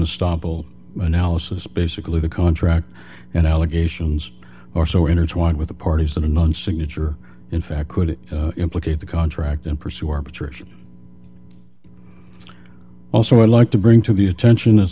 stoppel analysis basically the contract and allegations are so intertwined with the parties that in one signature in fact could implicate the contract and pursue arbitration also i'd like to bring to the attention as